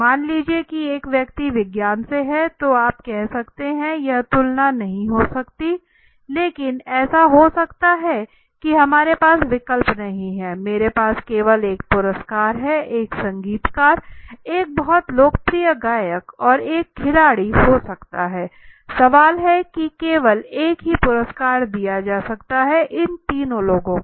मान लीजिए कि एक व्यक्ति विज्ञान से है तो आप कह सकते हैं कि यह तुलना नहीं हो सकती है लेकिन ऐसा हो सकता है कि हमारे पास विकल्प नहीं है मेरे पास केवल एक पुरस्कार है एक संगीतकार एक बहुत लोकप्रिय गायक और एक खिलाड़ी हो सकता है सवाल हैं कि केवल एक ही पुरस्कार दिया जा सकता है इन तीन लोगों को